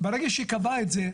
ברגע שהיא קבעה את זה,